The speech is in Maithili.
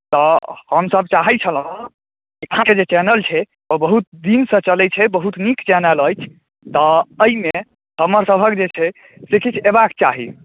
तऽ हमसभ चाहैत छलहुँ जे अहाँके जे चैनल छै ओ बहुत दिनसँ चलैत छै बहुत नीक चैनल अछि तऽ एहिमे हमरसभक जे छै से किछु अयबाक चाही